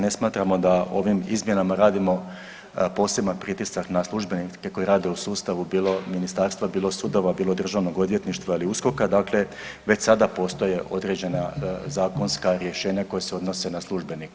Ne smatramo da ovim izmjenama radimo poseban pritisak na službenike koji rade u sustavu, bilo ministarstva, bilo sudova, bilo državnog odvjetništva ili USKOK-a, dakle već sada postoje određena zakonska rješenja koja se odnose na službenike.